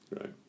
right